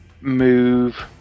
move